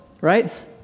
right